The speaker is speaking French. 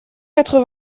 quatre